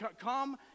come